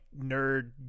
nerd